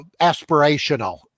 aspirational